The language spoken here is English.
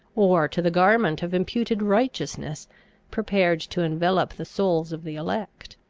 or to the garment of imputed righteousness prepared to envelope the souls of the elect.